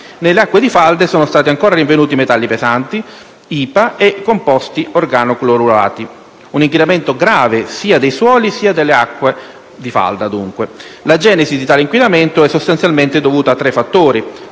nelle acque di falda sono stati rinvenuti metalli pesanti, IPA e composti organo-clorurati. Si tratta di un inquinamento grave sia dei suoli che delle acque di falda. La genesi di tale inquinamento è sostanzialmente dovuta a tre fattori: